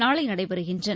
நாளைநடைபெறுகின்றன